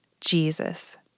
Jesus